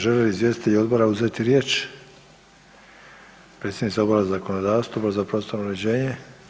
Žele li izvjestitelji odbora uzeti riječ predsjednica Odbora za zakonodavstvo, Odbora za prostorno uređenje?